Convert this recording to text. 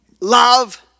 Love